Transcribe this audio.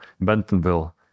Bentonville